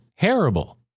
terrible